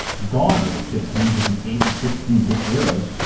gone are the chiptunes of the eight and sixteen bit eras,